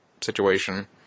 situation